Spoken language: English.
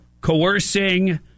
coercing